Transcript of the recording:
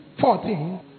fourteen